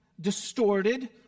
distorted